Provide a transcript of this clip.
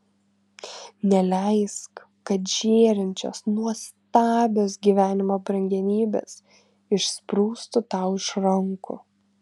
neleisk kad žėrinčios nuostabios gyvenimo brangenybės išsprūstų tau iš rankų